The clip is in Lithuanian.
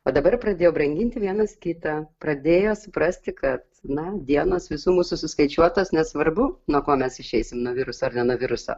o dabar pradėjo branginti vienas kitą pradėjo suprasti kad na dienos visų mūsų suskaičiuotos nesvarbu nuo ko mes išeisim nuo viruso ar ne nuo viruso